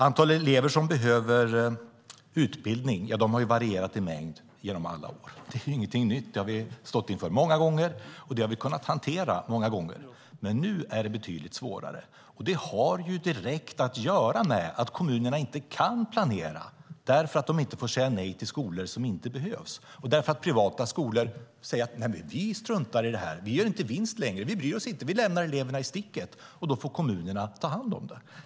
Antalet elever som behöver utbildning har varierat genom alla år. Det är ingenting nytt. Det har vi stått inför många gånger, och det har vi kunnat hantera många gånger, men nu är det betydligt svårare. Det har direkt att göra med att kommunerna inte kan planera därför att de inte får säga nej till skolor som inte behövs och därför att privata skolor säger: Vi struntar i det här. Vi gör inte vinst längre. Vi bryr oss inte. Vi lämnar eleverna i sticket. Då får kommunerna ta hand om dem.